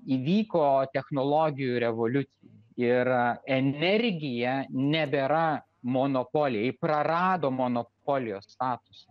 įvyko technologijų revoliucija ir energiją nebėra monopolija ji prarado monopolijos statusą